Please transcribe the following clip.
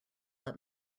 let